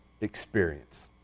experience